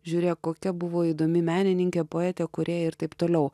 žiūrėk kokia buvo įdomi menininkė poetė kūrėja ir taip toliau